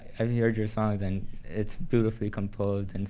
i've heard your songs, and it's beautifully composed. and